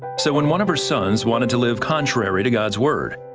so when one of her sons wanted to live contrary to god's word,